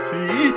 See